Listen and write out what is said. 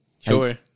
Sure